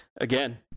again